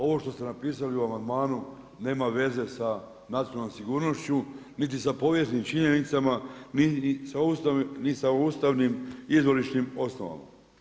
Ovo što ste napisali u amandmanu nema veze sa nacionalnom sigurnošću niti sa povijesnim činjenicama, ni sa ustavnim izvorišnim osnovama.